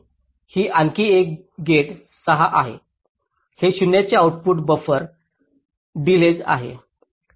ही आणखी एक गेट 6 आहे हे 0 चे आउटपुट बफर डिलेज आहे